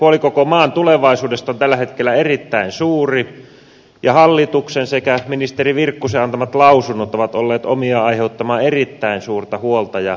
huoli koko maan tulevaisuudesta on tällä hetkellä erittäin suuri ja hallituksen sekä ministeri virkkusen antamat lausunnot ovat olleet omiaan aiheuttamaan erittäin suurta huolta ja ärtymystä kuntakentällä